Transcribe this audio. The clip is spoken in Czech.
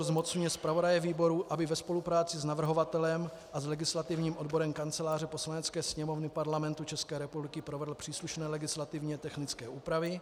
Zmocňuje zpravodaje výboru, aby ve spolupráci s navrhovatelem a s legislativním odborem Kanceláře Poslanecké sněmovny Parlamentu České republiky provedl příslušné legislativně technické úpravy.